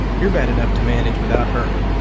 you're bad enough to manage without her.